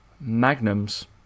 Magnums